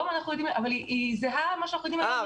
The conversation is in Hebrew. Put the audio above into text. אבל היא זהה למה שאנחנו יודעים --- אה,